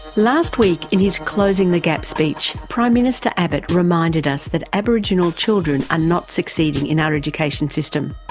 last week in his closing the gap speech, prime minister abbott reminded us that aboriginal children are not succeeding in our education system.